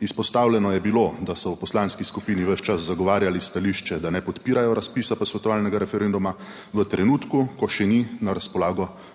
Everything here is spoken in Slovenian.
Izpostavljeno je bilo, da so v poslanski skupini ves čas zagovarjali stališče, da ne podpirajo razpisa posvetovalnega referenduma v trenutku, ko še ni na razpolago dovolj